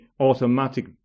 automatic